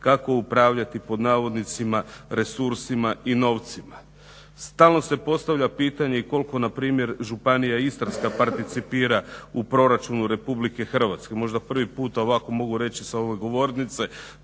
kako "upravljati resursima i novcima". Stalno se postavlja pitanja koliko npr. Županija Istarska participira u proračunu RH. možda prvi puta ovako mogu reći da ove govornice